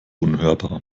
unhörbar